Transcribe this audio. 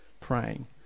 praying